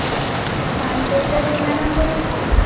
হ্যাঁ জয়িতাদি ম্যাডাম বলছেন